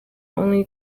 only